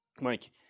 Mike